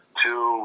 two